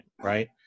right